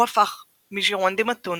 הוא הפך מז'ירונדי מתון